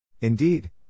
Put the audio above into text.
Indeed